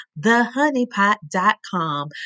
thehoneypot.com